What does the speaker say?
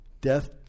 Death